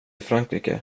frankrike